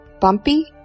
Bumpy